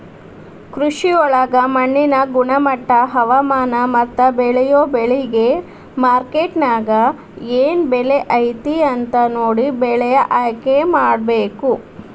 ಕೃಷಿಯೊಳಗ ಮಣ್ಣಿನ ಗುಣಮಟ್ಟ, ಹವಾಮಾನ, ಮತ್ತ ಬೇಳಿಯೊ ಬೆಳಿಗೆ ಮಾರ್ಕೆಟ್ನ್ಯಾಗ ಏನ್ ಬೆಲೆ ಐತಿ ಅಂತ ನೋಡಿ ಬೆಳೆ ಆಯ್ಕೆಮಾಡಬೇಕು